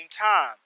time